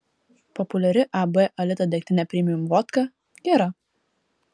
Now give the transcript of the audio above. populiari ab alita degtinė premium vodka gera